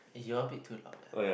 eh you all a bit too loud leh